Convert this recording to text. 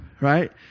Right